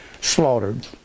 slaughtered